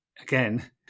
Again